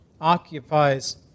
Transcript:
occupies